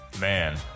Man